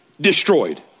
destroyed